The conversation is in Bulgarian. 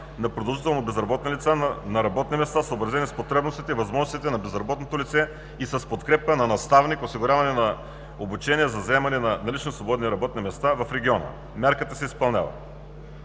на продължително безработни лица на работни места, съобразени с потребностите и възможностите на безработното лице и с подкрепата на наставник, осигуряване на обучения за заемане на наличните свободни работни места в региона – мярката се изпълнява.